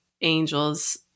angels